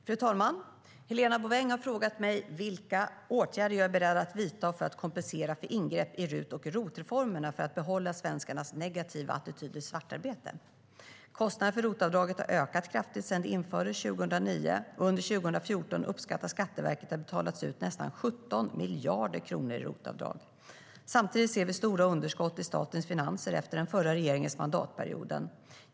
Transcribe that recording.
Fru talman! Helena Bouveng har frågat mig vilka åtgärder jag är beredd att vidta för att kompensera för ingrepp i RUT och ROT-reformerna för att behålla svenskarnas negativa attityder till svartarbete. Kostnaderna för ROT-avdraget har ökat kraftigt sedan det infördes 2009. Under 2014 uppskattar Skatteverket att det har betalats ut nästan 17 miljarder kronor i ROT-avdrag. Samtidigt ser vi stora underskott i statens finanser efter den förra regeringens mandatperioder.